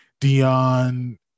Dion